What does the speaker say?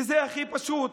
וזה הכי פשוט,